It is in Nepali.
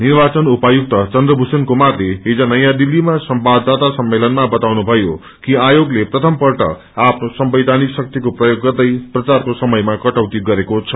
निर्वाचन उपायुक्त चन्द्रभूषण कुमारले हिज नयाँ दिल्लीमा संवाददााता सम्मेलनमा बताउनुभयो कि आयोगले प्रथपल्ट आफ्नो संवैधानिक शक्तिको प्रयोग गर्दै प्रचारको समयामा कटौती गरेको छ